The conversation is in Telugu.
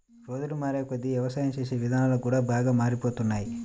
రోజులు మారేకొద్దీ యవసాయం చేసే ఇదానాలు కూడా బాగా మారిపోతున్నాయ్